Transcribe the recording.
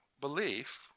belief